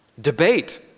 debate